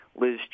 Liz